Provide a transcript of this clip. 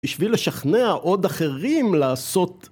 בשביל לשכנע עוד אחרים לעשות...